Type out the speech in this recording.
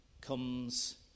comes